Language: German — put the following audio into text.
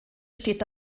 steht